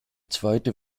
zweite